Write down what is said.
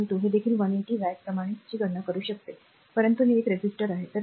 2 हे देखील 180 वॅट्स प्रमाणेच आर ची गणना करू शकते परंतु एक प्रतिरोधक आहे